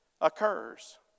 occurs